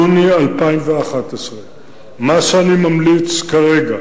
יוני 2011. מה שאני ממליץ כרגע,